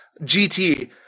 GT